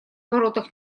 воротах